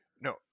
No